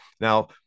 Now